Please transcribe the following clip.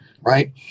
right